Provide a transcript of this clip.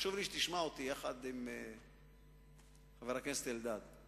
חשוב לי שתשמע אותי, יחד עם חבר הכנסת אלדד.